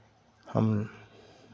हम